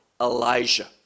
Elijah